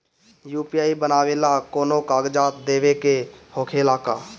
UPI बनावेला कौनो कागजात देवे के होखेला का?